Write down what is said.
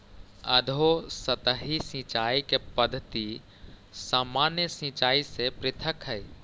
अधोसतही सिंचाई के पद्धति सामान्य सिंचाई से पृथक हइ